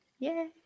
Yay